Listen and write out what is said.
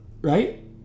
right